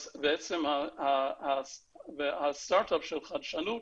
אז בעצם הסטרטאפ של חדשנות,